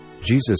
Jesus